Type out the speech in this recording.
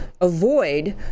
avoid